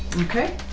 Okay